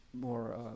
more